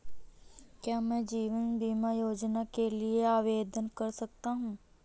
क्या मैं जीवन बीमा योजना के लिए आवेदन कर सकता हूँ?